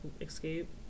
escape